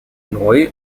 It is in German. neu